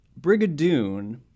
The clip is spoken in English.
Brigadoon